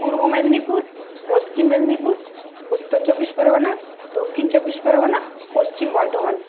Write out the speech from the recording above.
Purba Medinipur Paschim Medinipur Uttar Chabbish Pargana Dakshin Chabbish Pargana Paschim Bardhaman